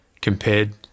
compared